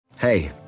Hey